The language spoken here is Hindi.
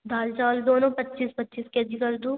दाल चावल दोनों पच्चीस पच्चीस के जी कर दूँ